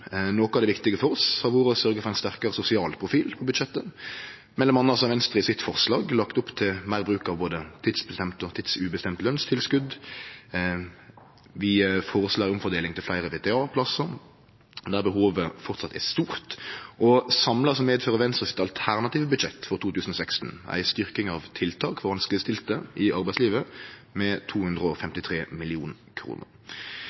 Noko av det viktige for oss har vore å sørgje for ein sterkare sosial profil i budsjettet. Mellom anna har Venstre i forslaget sitt lagt opp til meir bruk av både tidsbestemt og tidsubestemt lønstilskot, og vi føreslår ei omfordeling til fleire VTA-plassar, der behovet framleis er stort. Samla medfører Venstre sitt alternative budsjett for 2016 ei styrking av tiltak for vanskelegstilte i arbeidslivet med